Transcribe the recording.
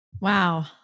Wow